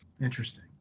interesting